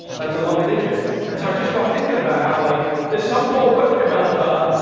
that's a lot of digits. and so i just got thinking about how, like, there's some poor web developer,